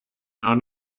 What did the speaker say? are